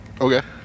okay